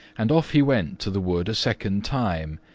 and off he went to the wood a second time,